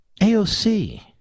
AOC